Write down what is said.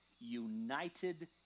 united